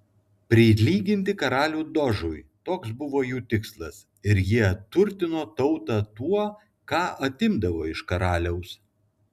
prilyginti karalių dožui toks buvo jų tikslas ir jie turtino tautą tuo ką atimdavo iš karaliaus